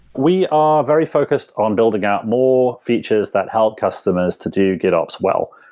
we are very focused on building out more features that help customers to do gitops well.